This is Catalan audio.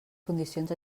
condicions